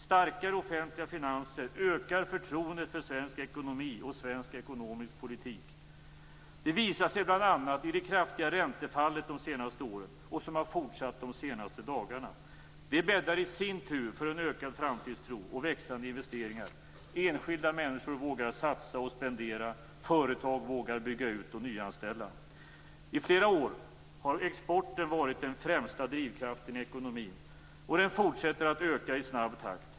Starkare offentliga finanser ökar förtroendet för svensk ekonomi och svensk ekonomisk politik. Det visar sig bl.a. i det kraftiga räntefallet de senaste åren, vilket har fortsatt de senaste dagarna. Det bäddar i sin tur för en ökad framtidstro och växande investeringar. Enskilda människor vågar satsa och spendera. Företag vågar bygga ut och nyanställa. I flera år har exporten varit den främsta drivkraften i ekonomin, och den fortsätter att öka i snabb takt.